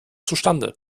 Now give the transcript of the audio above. zustande